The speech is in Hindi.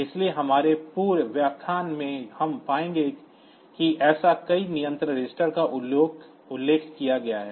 इसलिए हमारे पूरे व्याख्यान में हम पाएंगे कि ऐसे कई नियंत्रण रजिस्टर का उल्लेख किया जाएगा